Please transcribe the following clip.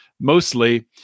mostly